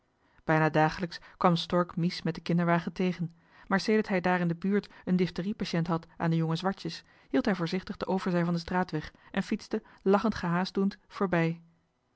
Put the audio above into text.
dagelijks kwam stork mies met den kinderwagen tegen maar sedert hij daar in de buurt een johan de meester de zonde in het deftige dorp diphterie patient had aan den jongen zwartjes hield hij voorzichtig de overzij van den straatweg en fietste lachend gehaast doend voorbij